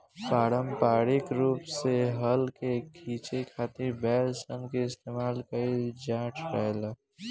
पारम्परिक रूप से हल के खीचे खातिर बैल सन के इस्तेमाल कईल जाट रहे